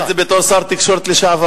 אתה אומר את זה בתור שר תקשורת לשעבר.